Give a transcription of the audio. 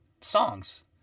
songs